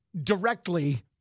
directly